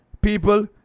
people